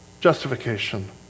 justification